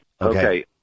Okay